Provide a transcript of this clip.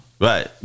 Right